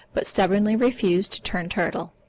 but stubbornly refused to turn turtle.